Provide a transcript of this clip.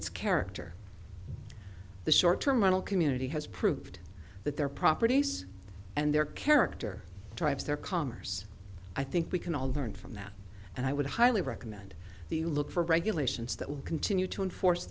its character the short term model community has proved that their properties and their character drives their commerce i think we can all learn from that and i would highly recommend that you look for regulations that will continue to enforce